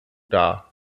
dar